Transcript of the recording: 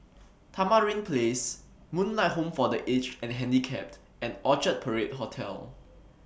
Tamarind Place Moonlight Home For The Aged and Handicapped and Orchard Parade Hotel